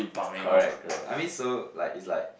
correct correct I mean so like is like